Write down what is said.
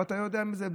ואתה יודע את זה.